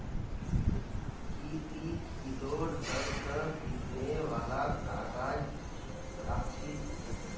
की ती किलोर दर स बिकने वालक काग़ज़ राख छि